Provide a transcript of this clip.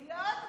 בלוד?